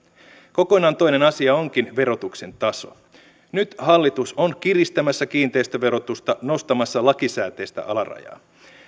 kokonaan toinen asia onkin verotuksen taso nyt hallitus on kiristämässä kiinteistöverotusta nostamassa lakisääteistä alarajaa